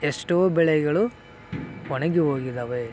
ಎಷ್ಟೋ ಬೆಳೆಗಳು ಒಣಗಿ ಹೋಗಿದಾವೆ